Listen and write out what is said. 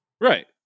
Right